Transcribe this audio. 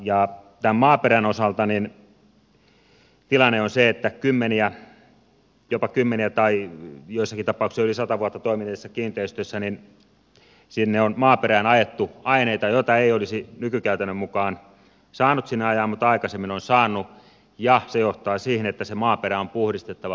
tämän maaperän osalta tilanne on se että jopa kymmeniä vuosia tai joissakin tapauksissa yli sata vuotta toimineissa kiinteistöissä on maaperään ajettu aineita joita ei olisi nykykäytännön mukaan saanut sinne ajaa mutta aikaisemmin on saanut ja se johtaa siihen että se maaperä on puhdistettava